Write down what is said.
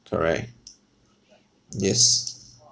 correct yes